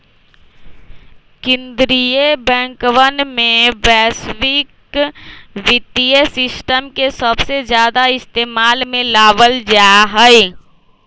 कीन्द्रीय बैंकवन में वैश्विक वित्तीय सिस्टम के सबसे ज्यादा इस्तेमाल में लावल जाहई